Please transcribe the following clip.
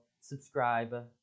subscribe